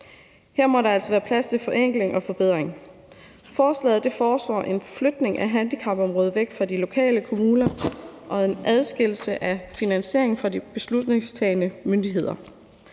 Her må der altså være plads til forenkling og forbedring. Forslaget foreslår en flytning af handicapområdet væk fra de lokale kommunr og en adskillelse af finansieringen fra de beslutningstagende myndigheder.